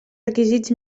requisits